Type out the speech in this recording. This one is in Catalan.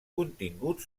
contingut